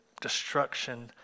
destruction